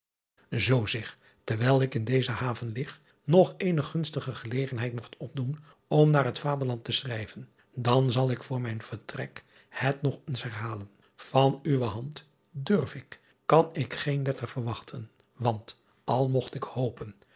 oo zich terwijl ik in deze haven lig nog eene gunstige gelegenheid mogt opdoen om naar het aderland te schrijven dan zal ik voor mijn vertrek het nog eens herhalen an uwe hand durf ik kan ik geen letter verwachten want al mogt ik hopen